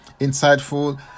insightful